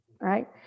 Right